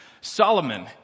Solomon